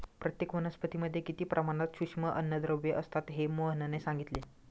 प्रत्येक वनस्पतीमध्ये किती प्रमाणात सूक्ष्म अन्नद्रव्ये असतात हे मोहनने सांगितले